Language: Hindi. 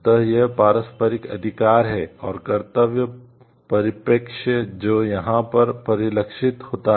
तो यह पारस्परिक अधिकार है और कर्तव्य परिप्रेक्ष्य जो यहाँ पर परिलक्षित होता है